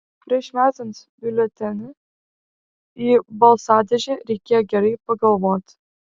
prieš metant biuletenį į balsadėžę reikėjo gerai pagalvoti